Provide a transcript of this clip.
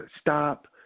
stop